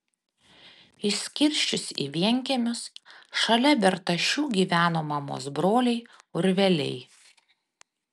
išskirsčius į vienkiemius šalia bertašių gyveno mamos broliai urveliai